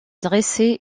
dressés